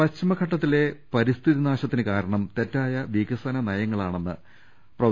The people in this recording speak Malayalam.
പശ്ചിമഘട്ടത്തിലെ പരിസ്ഥിതി നാശത്തിന് കാരണം തെറ്റായ വിക സന നയങ്ങളാണെന്ന് പ്രൊഫ